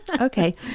okay